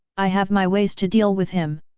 i have my ways to deal with him!